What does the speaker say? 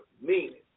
Meaning